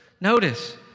Notice